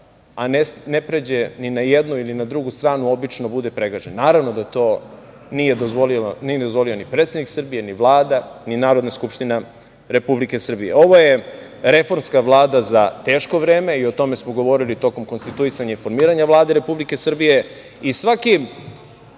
a ne pređe ni na jednu ni na drugu stranu obično bude pregažen. Naravno da to nije dozvolio predsednik Srbije, ni Vlada ni Narodna skupština Republike Srbije. Ovo je reformska vlada za teško vreme i o tome smo govorili tokom konstituisanja i formiranja Vlade Republike Srbije i svaki